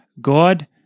God